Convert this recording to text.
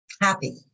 happy